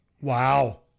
Wow